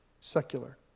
secular